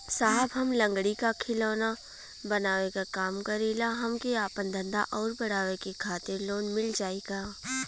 साहब हम लंगड़ी क खिलौना बनावे क काम करी ला हमके आपन धंधा अउर बढ़ावे के खातिर लोन मिल जाई का?